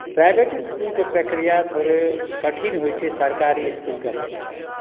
private इस्कुलके प्रक्रिया थोड़े कठिन होइत छै सरकारी इस्कुलके अपेक्षा